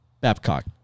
Babcock